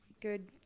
good